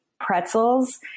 pretzels